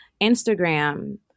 Instagram